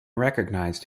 recognized